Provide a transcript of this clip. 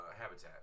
Habitat